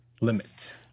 limit